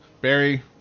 Barry